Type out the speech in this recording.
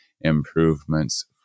improvements